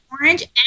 Orange